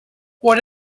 what